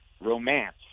romance